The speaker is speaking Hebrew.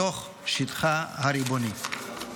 בתוך שטחה הריבוני.